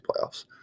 playoffs